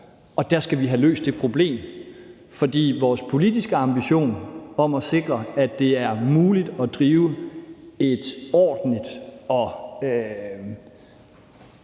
og der skal vi have løst det problem. For vores politiske ambition om at sikre, at det er muligt at drive et ordentligt